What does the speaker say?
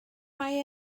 mae